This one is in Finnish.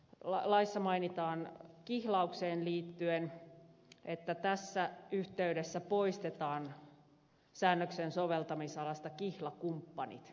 toisaalta laissa mainitaan kihlaukseen liittyen että tässä yhteydessä poistetaan säännöksen soveltamisalasta kihlakumppanit vanhentuneena käsitteenä